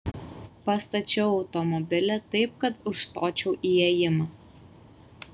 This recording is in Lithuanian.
pastačiau automobilį taip kad užstočiau įėjimą